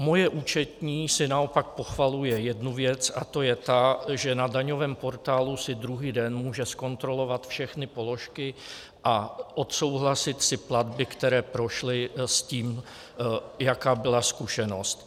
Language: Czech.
Moje účetní si naopak pochvaluje jednu věc, a to je ta, že na daňovém portálu si druhý den může zkontrolovat všechny položky a odsouhlasit si platby, které prošly, s tím, jaká byla zkušenost.